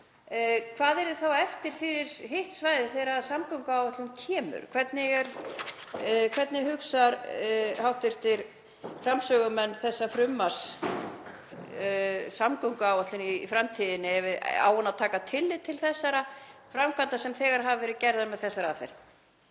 hvað yrði þá eftir fyrir hitt svæðið þegar að samgönguáætlun kemur? Hvernig hugsa hv. framsögumenn þessa frumvarps samgönguáætlun í framtíðinni? Á hún að taka tillit til þeirra framkvæmda sem þegar hafa verið gerðar með þessari aðferð?